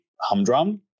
humdrum